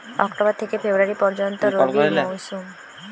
October থেকে February পর্যন্ত রবি মৌসুম